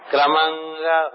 Kramanga